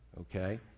okay